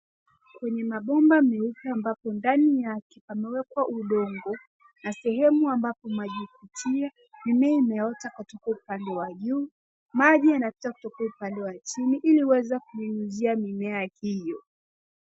Kwenye mabomba meupe ambapo ndani yake pamewekwa udongo, na sehemu ambapo maji yanapitia, mimea imeota kupitia upande wa juu, maji yanatoka kutoka upande wa chini ili kuweza kunyunyuzia mimea hiyo.